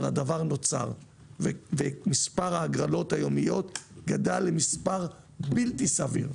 אבל הדבר נוצר ומספר ההגרלות היומיות גדל למספר בלתי סביר.